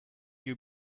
you